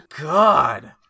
god